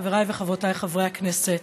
חבריי וחברותיי חברי הכנסת,